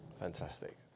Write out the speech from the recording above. Fantastic